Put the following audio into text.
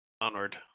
onward